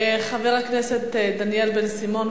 חבר הכנסת דניאל בן-סימון,